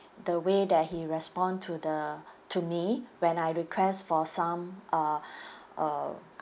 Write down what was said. the way that he respond to the to me when I request for some uh uh